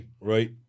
right